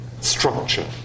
structure